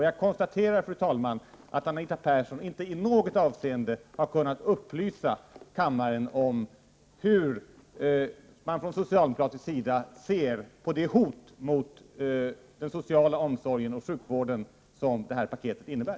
Jag konstaterar, fru talman, att Anita Persson inte i något avseende har kunnat upplysa kammaren om hur man från socialdemokratins sida ser på det hot mot den sociala omsorgen och sjukvården som det här paketet innebär.